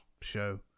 show